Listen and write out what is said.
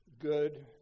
good